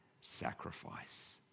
sacrifice